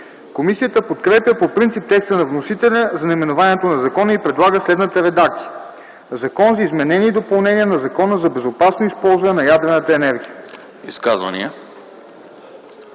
Комисията подкрепя по принцип текста на вносителя за наименованието на закона и предлага следната редакция: „Закон за изменение и допълнение на Закона за безопасно използване на ядрената енергия”.